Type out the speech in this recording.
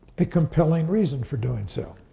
a compelling reason for doing so.